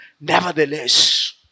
Nevertheless